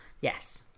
Yes